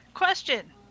question